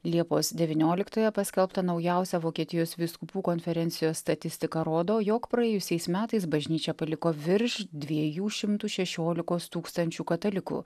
liepos devynioliktąją paskelbta naujausia vokietijos vyskupų konferencijos statistika rodo jog praėjusiais metais bažnyčia paliko virš dviejų šimtų šešiolikos tūkstančių katalikų